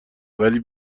ولی